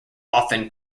often